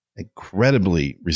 Incredibly